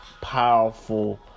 powerful